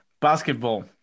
Basketball